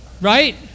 Right